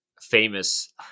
famous